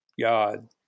God